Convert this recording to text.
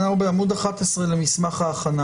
למה לתת סמכות לממונה?